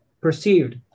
perceived